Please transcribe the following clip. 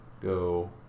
go